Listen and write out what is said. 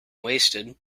wasted